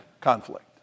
conflict